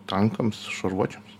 tankams šarvuočiams